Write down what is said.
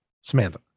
Samantha